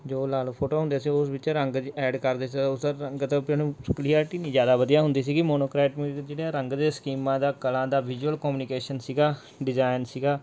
ਜੋ ਲਾਲ ਫੋਟੋਆਂ ਹੁੰਦੀਆਂ ਸੀ ਉਸ ਵਿੱਚ ਰੰਗ ਐਡ ਕਰਦੇ ਸੀ ਤਾਂ ਉਸ ਰੰਗਤ ਵੀ ਉਹਨੂੰ ਕਲੈਰਟੀ ਨਹੀਂ ਜ਼ਿਆਦਾ ਵਧੀਆ ਹੁੰਦੀ ਸੀਗੀ ਮੋਨੋਕਰਾਟ ਮੀਨਜ ਜਿਹੜੀਆਂ ਰੰਗ ਦੇ ਸਕੀਮਾਂ ਦਾ ਕਲਾਂ ਦਾ ਵਿਜੁਅਲ ਕਮਨੀਕੇਸ਼ਨ ਸੀਗਾ ਡਿਜ਼ਾਇਨ ਸੀਗਾ